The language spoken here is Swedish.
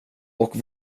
och